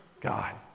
God